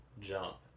jump